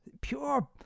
pure